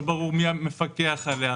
לא ברור מי מפקח עליה,